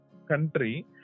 country